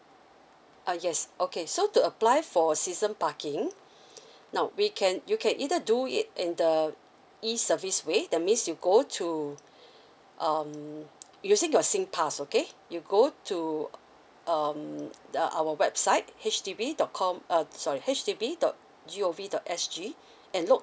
uh yes okay so to apply for season parking now we can you can either do it in the E service way that means you go to um using your singpass okay you go to um the our website H D B dot com uh sorry H D B dot G O V dot S G and look